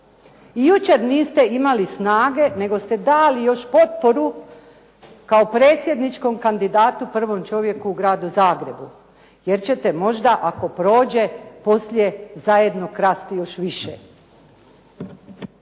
I jučer niste imali snage nego ste dali još potporu kao predsjedničkom kandidatu prvom čovjeku u gradu Zagrebu jer ćete možda ako prođe poslije zajedno krasti još više.